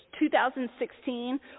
2016